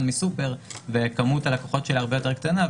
מסופרמרקט וכמות הלקוחות שלה היא הרבה יותר קטנה,